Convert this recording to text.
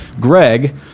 Greg